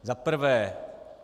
Zaprvé.